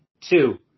Two